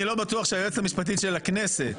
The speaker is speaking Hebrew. אני לא בטוח שהיועצת המשפטית של הכנסת,